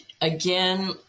again